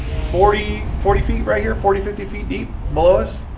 forty forty feet right here, forty, fifty feet deep below us,